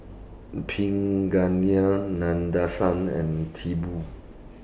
Pingali Nadesan and Tipu